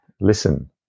listen